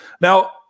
Now